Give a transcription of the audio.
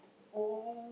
oh